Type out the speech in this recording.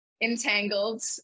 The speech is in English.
entangled